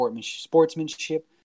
sportsmanship